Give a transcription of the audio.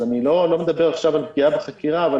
אז אני לא מדבר עכשיו על פגיעה בחקירה אבל